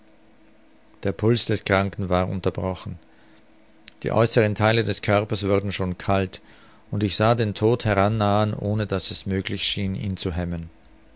der puls des kranken war unterbrochen die äußeren theile des körpers wurden schon kalt und ich sah den tod herannahen ohne daß es möglich schien ihn zu hemmen